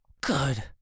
Good